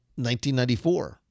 1994